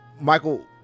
Michael